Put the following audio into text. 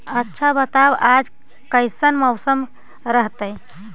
आच्छा बताब आज कैसन मौसम रहतैय?